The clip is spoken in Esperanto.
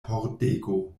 pordego